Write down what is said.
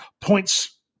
points